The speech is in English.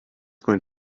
going